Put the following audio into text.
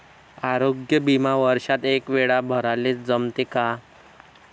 आरोग्य बिमा वर्षात एकवेळा भराले जमते का?